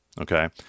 Okay